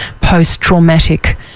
post-traumatic